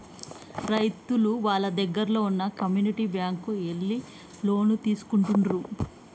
రైతులు వాళ్ళ దగ్గరల్లో వున్న కమ్యూనిటీ బ్యాంక్ కు ఎళ్లి లోన్లు తీసుకుంటుండ్రు